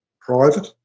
private